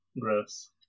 Gross